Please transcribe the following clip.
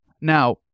Now